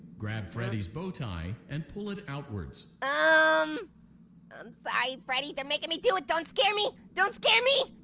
grab freddy's bow tie and pull it outwards. um i'm sorry, freddy, they're makin' me do it. don't scare me! don't scare me!